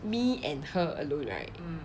me and her alone right